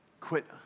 quit